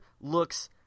looks